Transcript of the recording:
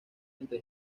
entre